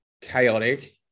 chaotic